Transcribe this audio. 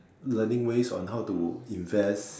learning ways on how to invest